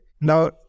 Now